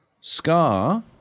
Scar